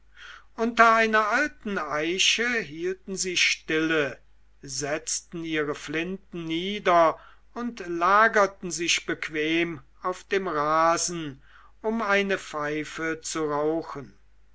unter einer alten eiche hielten sie stille setzten ihre flinten nieder und lagerten sich bequem auf dem rasen um eine pfeife zu rauchen